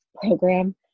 program